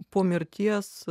po mirties